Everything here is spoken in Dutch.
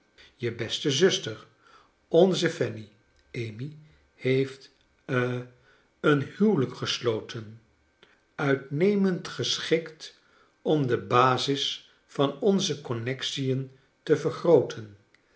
je beste zuster onze fanny amy heeft ha een huwelijk gesloten uitnemend geschikt om de basis van onze connexion te vergrooten